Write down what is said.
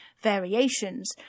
variations